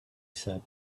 said